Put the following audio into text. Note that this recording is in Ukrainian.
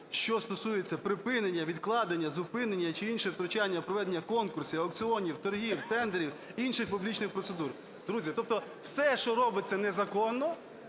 що стосується припинення, відкладення, зупинення чи інших втручань в проведення конкурсів, аукціонів, торгів, тендерів, інших публічних процедур. Друзі, тобто все, що робиться незаконно,